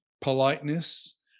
politeness